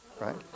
right